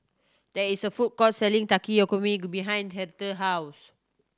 there is a food court selling Takikomi Gohan behind Hertha's house